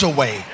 Away